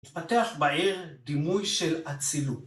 התפתח בעיר דימוי של אצילות